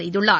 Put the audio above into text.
செய்துள்ளார்